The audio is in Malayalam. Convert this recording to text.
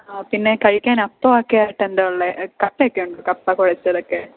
ആ പിന്നെ കഴിക്കാൻ അപ്പമൊക്കെ ആയിട്ട് എന്താണ് ഉള്ളത് കപ്പ ഒക്കെ ഉണ്ടോ കപ്പ കുഴച്ചതൊക്കെ